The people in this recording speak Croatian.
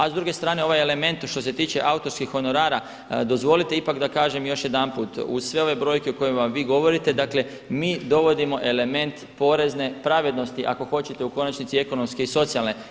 A s druge strane ovaj element što se tiče autorskih honorara, dozvolite ipak da kažem još jedanput uz sve ove brojke o kojima vi govorite, dakle mi dovodimo element porezne pravednosti ako hoćete u konačnici ekonomske i socijalne.